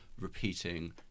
repeating